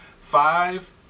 five